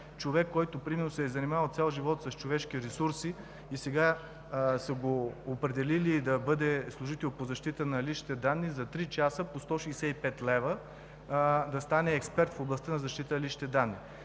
човек, който примерно се е занимавал цял живот с човешки ресурси и сега са го определили да бъде служител по защита на личните данни за три часа по 165 лв., да стане експерт в областта на защитата на личните данни,